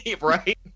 Right